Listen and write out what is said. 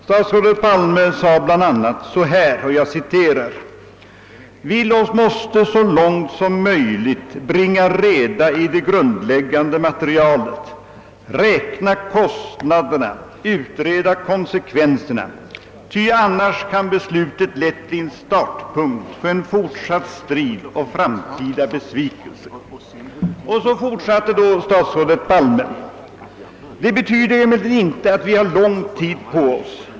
Statsrådet Palme sade då bl.a.: »Vi måste så långt möjligt bringa reda i det grundläggande materialet, räkna kostnaderna, utreda konsekvenserna, ty annars kan beslutet lätt bli en startpunkt för en fortsatt strid och framtida besvikelser.» Sedan fortsatte statsrådet: »Det betyder emellertid inte att vi har lång tid på oss.